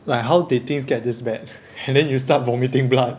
like how did things get this bad and then you start vomiting blood